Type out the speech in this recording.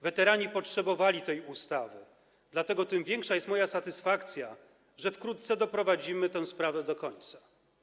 Weterani potrzebowali tej ustawy, dlatego tym większa jest moja satysfakcja, że wkrótce doprowadzimy tę sprawę do końca.